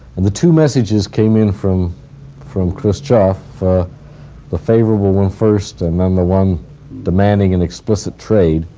and the two messages came in from from khrushchev the favorable one first and then the one demanding an explicit trade,